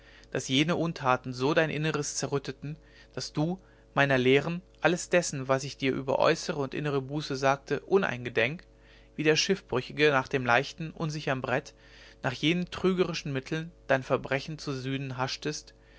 daß jene untaten so dein inneres zerrütteten daß du meiner lehren alles dessen was ich dir über äußere und innere buße sagte uneingedenk wie der schiffbrüchige nach dem leichten unsichern brett nach jenen trügerischen mitteln dein verbrechen zu sühnen haschtest